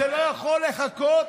זה לא יכול לחכות?